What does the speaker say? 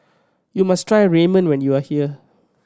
you must try Ramen when you are here